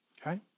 okay